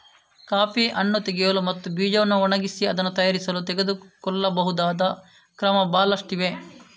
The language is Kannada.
ಕಾಫಿ ಹಣ್ಣು ತೆಗೆಯಲು ಮತ್ತು ಬೀಜವನ್ನು ಒಣಗಿಸಿ ಅದನ್ನು ತಯಾರಿಸಲು ತೆಗೆದುಕೊಳ್ಳಬಹುದಾದ ಕ್ರಮ ಬಹಳಷ್ಟಿವೆ